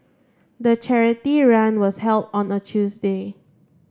the charity run was held on a Tuesday